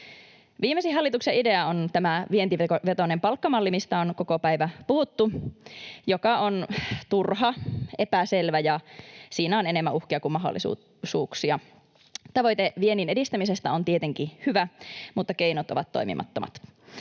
Viimeisin hallituksen idea on tämä vientivetoinen palkkamalli, josta on koko päivä puhuttu, joka on turha ja epäselvä ja jossa on enemmän uhkia kuin mahdollisuuksia. Tavoite viennin edistämisestä on tietenkin hyvä, mutta keinot ovat toimimattomat.